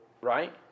right